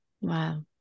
Wow